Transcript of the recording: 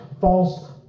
false